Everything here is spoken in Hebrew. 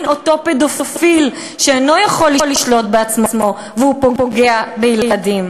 אותו פדופיל שאינו יכול לשלוט בעצמו והוא פוגע בילדים.